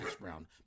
Brown